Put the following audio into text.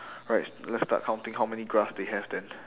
right let's start counting how many grass they have then